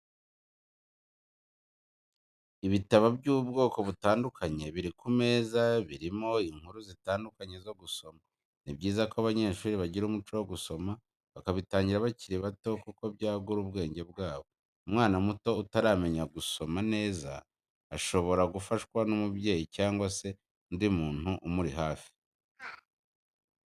Ibitabo by'ubwoko butandukanye biri ku meza birimo inkuru zitandukanye zo gusoma, ni byiza ko abanyeshuri bagira umuco wo gusoma bakabitangira bakiri bato kuko byagura ubwenge bwabo, umwana muto utaramenya gusoma neza shobora gufashwa n'umubyeyi cyangwa se undi muntu umuri hafi.